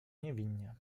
niewinnie